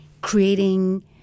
creating